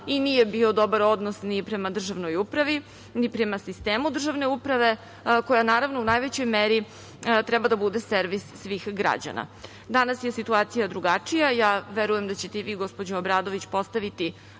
i nije bio dobar odnos ni prema državnoj upravi, ni prema sistemu državne uprave, koja, naravno, u najvećoj meri treba da bude servis svih građana. Danas je situacija drugačija. Verujem da ćete i vi, gospođo Obradović, postaviti